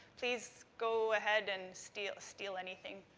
please go ahead and steal steal anything,